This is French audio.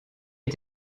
est